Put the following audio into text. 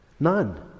none